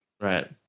right